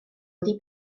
wedi